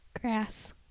Grass